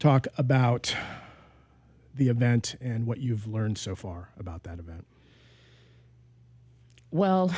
talked about the event and what you've learned so far about that event well